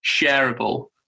shareable